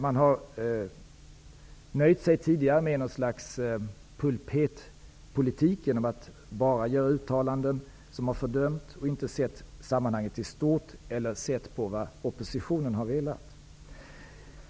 Man har tidigare nöjt sig med något slags pulpetpolitik och bara gjort fördömande uttalanden men inte sett sammanhanget i stort eller sett på vad oppositionen har velat.